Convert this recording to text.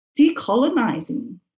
decolonizing